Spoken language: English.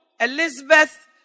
Elizabeth